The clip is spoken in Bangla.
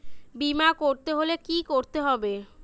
বিমা করতে হলে কি করতে হবে?